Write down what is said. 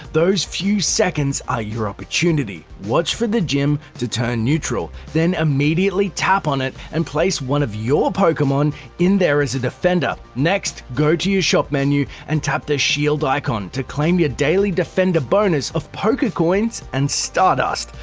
those few seconds are ah your opportunity. watch for the gym to turn neutral, then immediately tap on it and place one of your pokemon in there as a defender. next, go to your shop menu and tap the shield icon to claim your daily defender bonus of pokecoins and stardust.